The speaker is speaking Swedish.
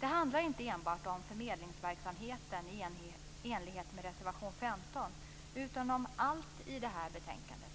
Det handlar inte enbart om förmedlingsverksamheten i enlighet med reservation 15, utan om allt i det här betänkandet.